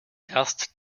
erst